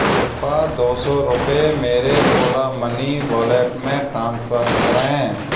कृप्या दो सौ रुपये मेरे ओला मनी वॉलेट में ट्रांसफ़र करें